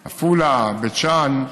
עפולה, בית שאן,